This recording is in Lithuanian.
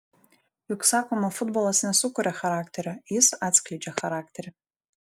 juk sakoma futbolas nesukuria charakterio jis atskleidžia charakterį